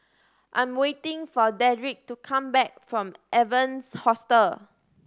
I'm waiting for Dedrick to come back from Evans Hostel